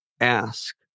ask